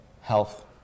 Health